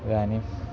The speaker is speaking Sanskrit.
इदानीं